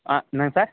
ஆ என்னங்க சார்